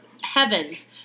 heavens